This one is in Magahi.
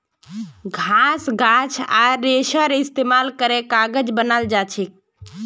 घास गाछ आर रेशार इस्तेमाल करे कागज बनाल जाछेक